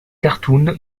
cartoon